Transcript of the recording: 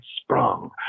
sprung